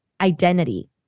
identity